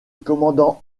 commandant